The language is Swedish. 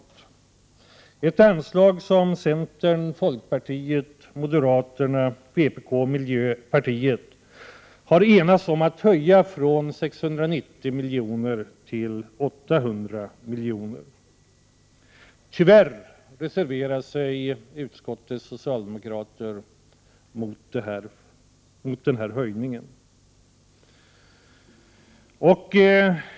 Det är ett anslag som centern, folkpartiet, moderaterna, vpk och miljöpartiet har enats om att höja från 690 milj.kr. till 800 milj.kr. Tyvärr reserverar sig utskottets socialdemokrater mot denna höjning.